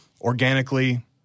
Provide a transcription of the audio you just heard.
organically